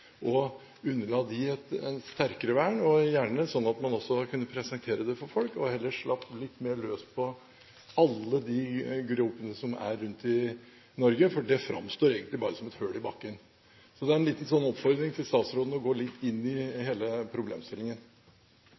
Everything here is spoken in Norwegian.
og underla dem et sterkere vern, gjerne sånn at man også kunne presentere det for folk, og heller slapp litt mer løs når det gjelder alle de gropene som er rundt i Norge, for de framstår egentlig bare som hull i bakken. Det er en liten oppfordring til statsråden om å gå litt inn i hele problemstillingen.